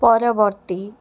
ପରବର୍ତ୍ତୀ